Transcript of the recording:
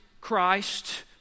Christ